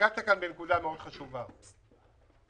בנקודה מאוד חשובה